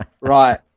Right